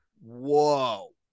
Whoa